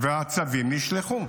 הצווים נשלחו.